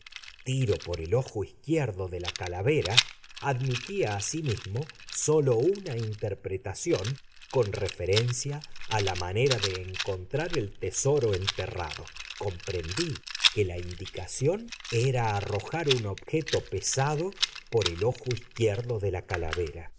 tiro por el ojo izquierdo de la calavera admitía asimismo sólo una interpretación con referencia a la manera de encontrar el tesoro enterrado comprendí que la indicación era arrojar un objeto pesado por el ojo izquierdo de la calavera